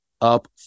up